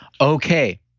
okay